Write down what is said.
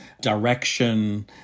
direction